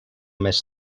més